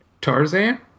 Tarzan